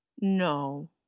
No